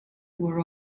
were